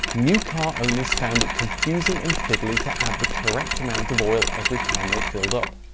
new car owners found it confusing and fiddly to add the correct amount of oil every time they filled up.